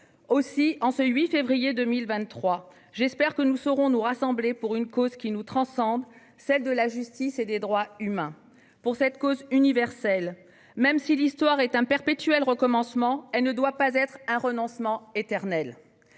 Aussi, en ce 8 février 2023, j'espère que nous saurons nous rassembler pour une cause universelle, qui nous transcende, celle de la justice et des droits humains. Même si l'histoire est un perpétuel recommencement, elle ne doit pas être un renoncement éternel.